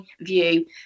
view